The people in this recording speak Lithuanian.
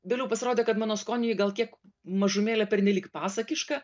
vėliau pasirodė kad mano skoniui ji gal kiek mažumėlę pernelyg pasakiška